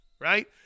right